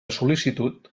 sol·licitud